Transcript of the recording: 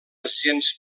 gens